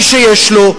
מי שיש לו,